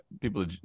people